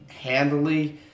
handily